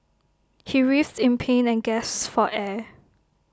he writhed in pain and gasped for air